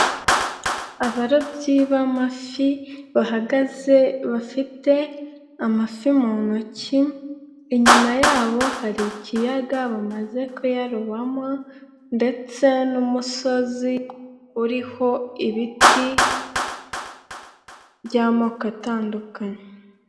Abarobyi b'amafi bahagaze bafite amafi mu ntoki, inyuma yabo hari ikiyaga bamaze kuyarobamo ndetse n'umusozi uriho ibiti by'amoko atandukanye.